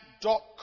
dot